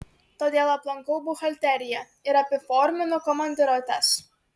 todėl aplankau buhalteriją ir apiforminu komandiruotes